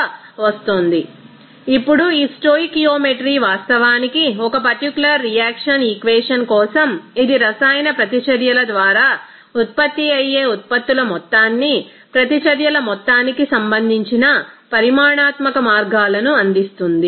refer slide time 0019 ఇప్పుడు ఈ stoichiometry వాస్తవానికి ఒక పర్టికులర్ రియాక్షన్ ఈక్వేషన్ కోసం ఇది రసాయన ప్రతిచర్యల ద్వారా ఉత్పత్తి అయ్యే ఉత్పత్తుల మొత్తాన్ని ప్రతిచర్యల మొత్తానికి సంబంధించిన పరిమాణాత్మక మార్గాలను అందిస్తుంది